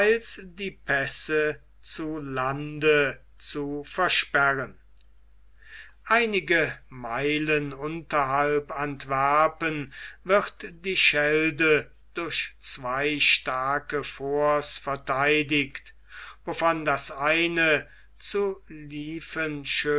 die pässe zu lande zu versperren einige meilen unterhalb antwerpen wird die schelde durch zwei starke forts vertheidigt wovon das eine zu